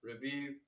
review